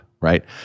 right